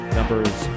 numbers